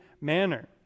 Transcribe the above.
manner